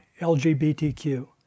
LGBTQ